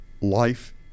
life